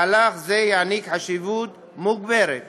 מהלך זה יעניק חשיבות מוגברת